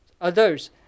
others